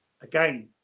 again